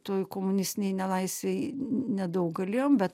toj komunistinėj nelaisvėj nedaug galėjom bet